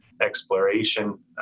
exploration